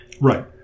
Right